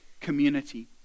community